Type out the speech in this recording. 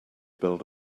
build